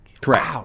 Correct